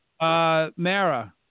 Mara